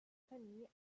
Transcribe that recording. famille